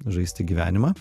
žaisti gyvenimą